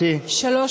בעד,